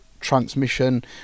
transmission